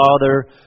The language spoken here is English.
Father